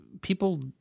people